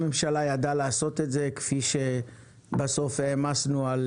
הממשלה ידעה לעשות את זה כפי שבסוף העמסנו על